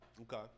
Okay